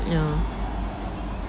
ya